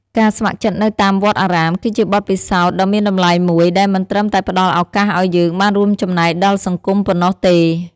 ការស្ម័គ្រចិត្តនៅតាមវត្តអារាម គឺជាបទពិសោធន៍ដ៏មានតម្លៃមួយ ដែលមិនត្រឹមតែផ្ដល់ឱកាសឱ្យយើងបានរួមចំណែកដល់សង្គមប៉ុណ្ណោះទេ ។